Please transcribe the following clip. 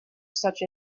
such